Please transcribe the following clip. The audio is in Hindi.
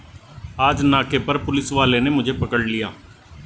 आज नाके पर पुलिस वाले ने मुझे पकड़ लिया